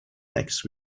next